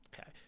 Okay